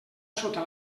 sota